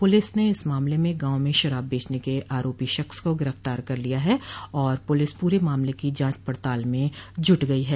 police ने इस मामल में गांव में शराब बेचने के आरोपी शख्स को गिरफ्तार कर लिया ह और पुलिस पूरे मामले की जाँच पड़ताल में जुट गयी है